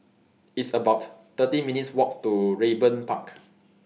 It's about thirteen minutes' Walk to Raeburn Park